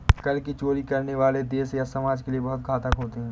कर की चोरी करने वाले देश और समाज के लिए बहुत घातक होते हैं